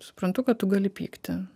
suprantu kad tu gali pykti